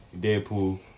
Deadpool